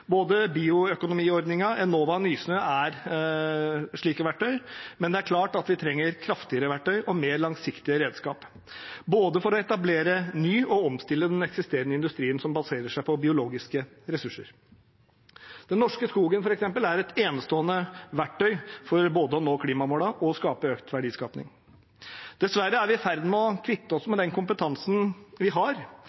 Både bioøkonomiordningen, Enova og Nysnø er slike verktøy, men det er klart at vi trenger kraftigere verktøy og mer langsiktig redskap, både for å etablere ny og for å omstille den eksisterende industrien som baserer seg på biologiske ressurser. Den norske skogen er f.eks. et enestående verktøy for både å nå klimamålene og å gi økt verdiskaping. Dessverre er vi i ferd med å kvitte oss